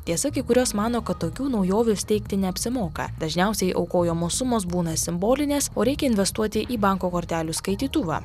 tiesa kai kurios mano kad tokių naujovių steigti neapsimoka dažniausiai aukojamos sumos būna simbolinės o reikia investuoti į banko kortelių skaitytuvą